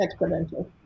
exponential